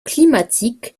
climatique